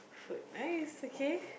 food nice okay